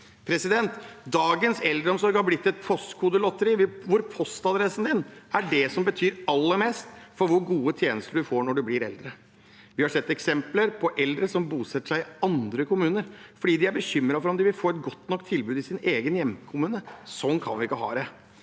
Dagens eldreomsorg har blitt et postkodelotteri hvor postadressen er det som betyr aller mest for hvor gode tjenester man får når man blir eldre. Vi har sett eksempler på eldre som bosetter seg i andre kommuner fordi de er bekymret for om de vil få et godt nok tilbud i sin egen hjemkommune. Sånn kan vi ikke ha det.